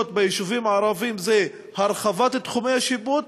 ביישובים הערביים הן הרחבת תחומי השיפוט